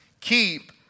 keep